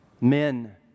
Men